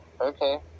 okay